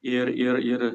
ir ir ir